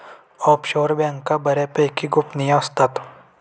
offshore बँका बऱ्यापैकी गोपनीय असतात